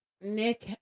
nick